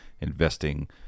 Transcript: investing